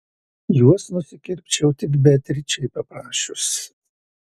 juos nusikirpčiau tik beatričei paprašius